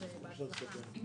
בהצלחה.